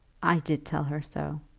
i did tell her so.